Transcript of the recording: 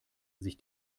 sich